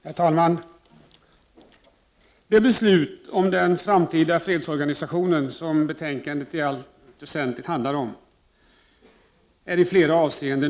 Herr talman! Det beslut om den framtida fredsorganisationen som vi i dag kommer att fatta är märkligt i flera avseenden.